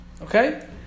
Okay